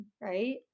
right